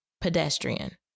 pedestrian